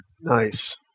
Nice